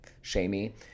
shamey